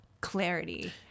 clarity